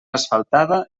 asfaltada